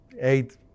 eight